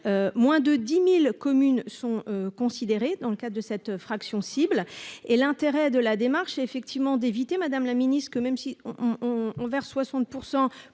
moins de 10000 communes sont considérés dans le cadre de cette fraction cibles et l'intérêt de la démarche est effectivement d'éviter, Madame la Ministre, que même si on on verse 60